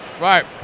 Right